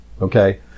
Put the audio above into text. Okay